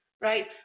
right